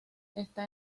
está